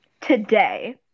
today